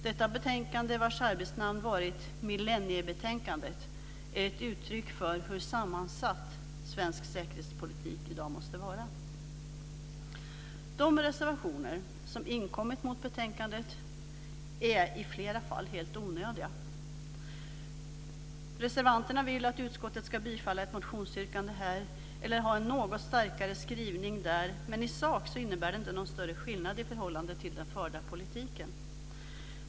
Detta betänkande, vars arbetsnamn har varit Millenniebetänkandet, är ett uttryck för hur sammansatt svensk säkerhetspolitik i dag måste vara. De reservationer som har inkommit mot betänkandet är i flera fall helt onödiga. Reservanterna vill att utskottet ska tillstyrka ett motionsyrkande här eller ha en något starkare skrivning där, men i sak innebär det inte någon större skillnad i förhållande till den förda politiken.